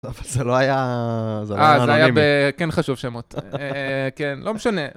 זה לא היה... זה היה כן חשוב שמות, כן לא משנה.